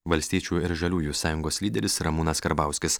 valstiečių ir žaliųjų sąjungos lyderis ramūnas karbauskis